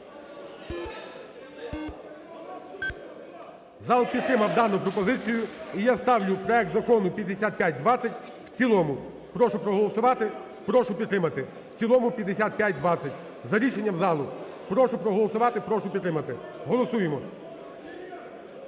Зал підтримав дану пропозицію. І я ставлю проект Закону 5520 в цілому. Прошу проголосувати, прошу підтримати в цілому 5520 за рішенням залу. Прошу проголосувати, прошу підтримати. Голосуємо.